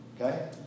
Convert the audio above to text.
Okay